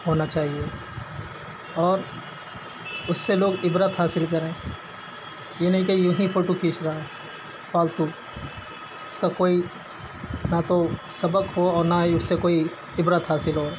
ہونا چاہیے اور اس سے لوگ عبرت حاصل کریں یہ نہیں کہ یونہی فوٹو کھینچ رہا ہے فالتو اس کا کوئی نہ تو سبق ہو اور نہ ہی اس سے کوئی عبرت حاصل ہو